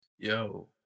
yo